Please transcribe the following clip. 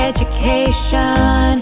Education